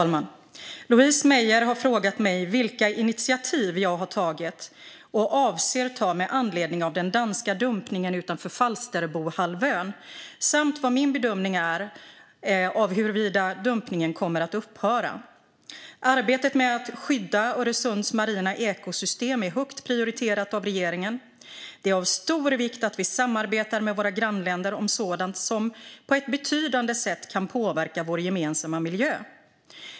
Louise Meijer har frågat mig vilka initiativ jag har tagit och avser att ta med anledning av den danska dumpningen utanför Falsterbohalvön samt vad min bedömning är av huruvida dumpningen kommer att upphöra. Arbetet med att skydda Öresunds marina ekosystem är högt prioriterat av regeringen. Det är av stor vikt att vi samarbetar med våra grannländer om sådant som på ett betydande sätt kan påverka vår gemensamma miljö.